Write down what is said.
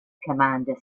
commander